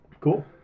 Cool